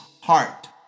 heart